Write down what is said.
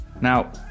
Now